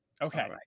Okay